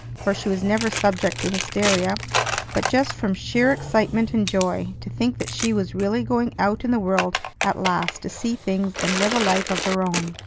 for she was never subject to hysteria but just from sheer excitement and joy to think that she was really going out in the world at last to see things and live a life of her own.